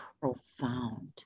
profound